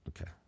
Okay